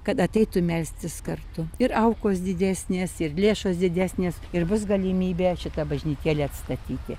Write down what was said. kad ateitų melstis kartu ir aukos didesnės ir lėšos didesnės ir bus galimybė šitą bažnytėlę atstatyti